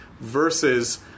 versus –